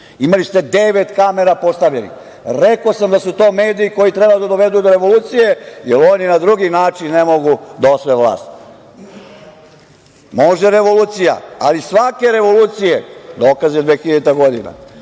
Imali ste devet kamera postavljenih, rekao sam da su to mediji koji treba da dovedu do revolucije, jer oni na drugi način ne mogu da osvoje vlast. Može revolucija, ali svake revolucije dokaz je 2000. godina.